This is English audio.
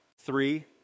Three